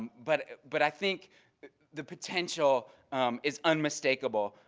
but but i think the potential is unmistakable.